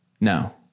No